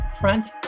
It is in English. Front